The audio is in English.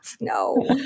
no